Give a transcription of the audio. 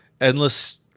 endless